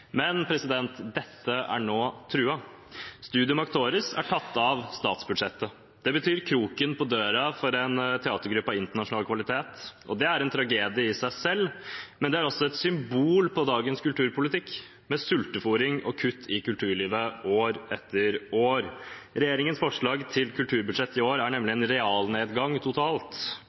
Men dette er nå truet. Studium Actoris er tatt av statsbudsjettet. Det betyr kroken på døra for en teatergruppe av internasjonal kvalitet. Det er en tragedie i seg selv, men det er også et symbol på dagens kulturpolitikk med sultefôring og kutt i kulturlivet år etter år. Regjeringens forslag til kulturbudsjett i år er nemlig en realnedgang totalt.